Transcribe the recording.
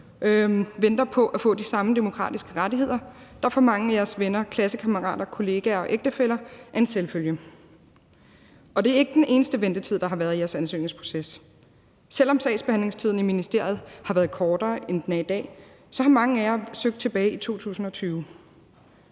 venter på at få de samme demokratiske rettigheder, der for mange af jeres venner, klassekammerater, kollegaer og ægtefæller er en selvfølge. Og det er ikke den eneste ventetid, der har været i jeres ansøgningsproces. Selv om sagsbehandlingstiden i ministeriet har været kortere, end den er i dag, har mange af jer søgt tilbage i 2020.